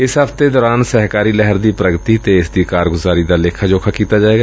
ਇਸ ਹਫ਼ਤੇ ਦੌਰਾਨ ਸਹਿਕਾਰੀ ਲਹਿਰ ਦੀ ਪ੍ਰਗਤੀ ਅਤੇ ਇਸ ਦੀ ਕਾਰਗੁਜ਼ਾਰੀ ਦਾ ਲੇਖਾ ਜੋਖਾ ਕੀਤਾ ਜਾਏਗਾ